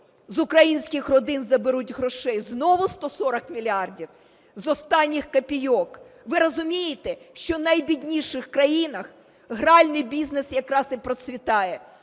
з українських родин заберуть грошей, знову 140 мільярдів з останніх копійок? Ви розумієте, що в найбідніших країнах гральний бізнес якраз і процвітає,